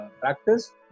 practice